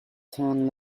turn